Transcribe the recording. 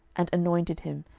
and anointed him,